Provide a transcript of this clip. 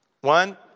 One